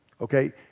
okay